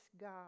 God